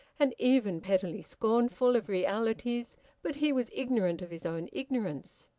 and even pettily scornful, of realities, but he was ignorant of his own ignorance.